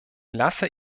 lasse